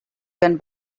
can